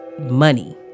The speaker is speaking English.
money